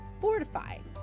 fortifying